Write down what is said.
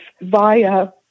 via